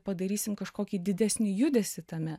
padarysim kažkokį didesnį judesį tame